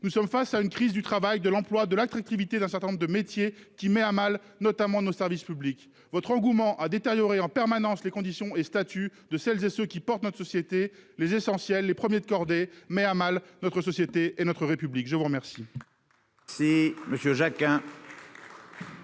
Nous sommes face à une crise du travail, de l'emploi de l'attractivité d'un certain nombre de métiers, qui met notamment à mal nos services publics. Votre engouement à détériorer en permanence les conditions et statuts de celles et ceux qui portent notre société, les essentiels, les premiers de cordée met à mal notre société et notre République. La parole